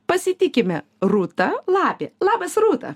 pasitikime rūta lapė labas rūta